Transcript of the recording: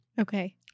Okay